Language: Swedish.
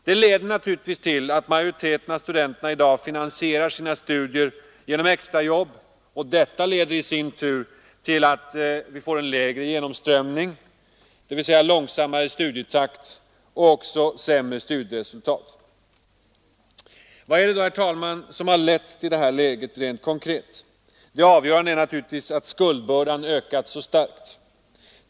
Det leder till att majoriteten av studenterna i dag finansierar sina studier genom extrajobb, och detta medför i sin tur en lägre genomströmning, dvs. långsammare studietakt och också sämre studieresultat. Vad är det då, herr talman, som har lett till detta läge mera konkret? Det avgörande är naturligtvis att skuldbördan ökat så starkt.